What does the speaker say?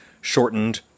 shortened